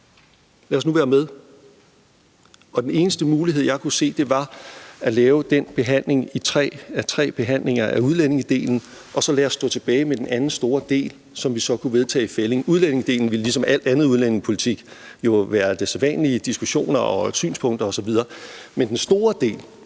lad os nu være med. Og den eneste mulighed, jeg kunne se, var at lave tre behandlinger af udlændingedelen og så lade os stå tilbage med den anden store del, som vi så kunne vedtage i fællig. Udlændingedelen ville ligesom alt andet udlændingepolitik jo være med de sædvanlige diskussioner og synspunkter osv., men den store del,